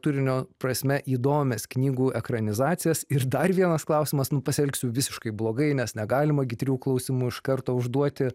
turinio prasme įdomias knygų ekranizacijas ir dar vienas klausimas pasielgsiu visiškai blogai nes negalima gi trijų klausimų iš karto užduoti